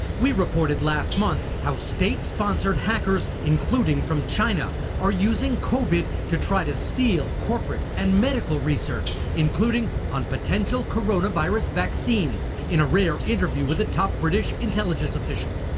we reported last month how state-sponsored hackers, including from china, are using covid to try to steal corporate and medical research, including on potential coronavirus vaccines. in a rare interview with a top british intelligence official.